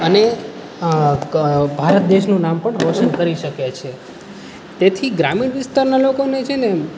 અને ભારત દેશનું નામ પણ રોશન કરી શકે છે તેથી ગ્રામીણ વિસ્તારનાં લોકોને છે ને